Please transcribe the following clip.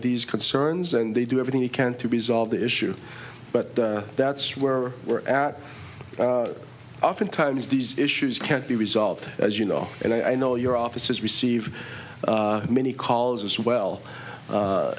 these concerns and they do everything you can to resolve the issue but that's where we're at oftentimes these issues can't be resolved as you know and i know your offices receive many calls as well